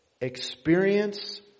experience